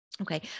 Okay